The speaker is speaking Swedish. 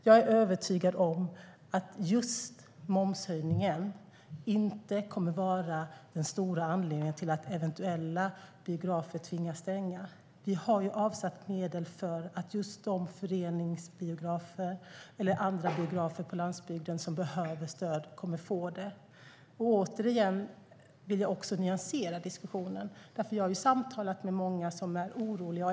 Jag är övertygad om att just momshöjningen inte kommer att vara den stora anledningen till att biografer eventuellt tvingas stänga. Vi har avsatt medel för att just de föreningsbiografer eller andra biografer på landsbygden som behöver stöd kommer att få det. Jag vill återigen nyansera diskussionen. Jag har samtalat med många som är oroliga.